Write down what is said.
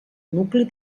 nucli